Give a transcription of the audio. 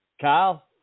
Kyle